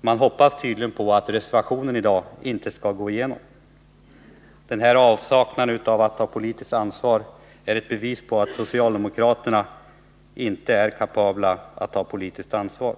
Man hoppas tydligen att reservationen på denna punkt inte skall antas i dag. Detta politiska lättsinne är ett bevis på att socialdemokraterna inte är kapabla att ta politiskt ansvar.